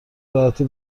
راحتی